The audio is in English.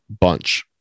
bunch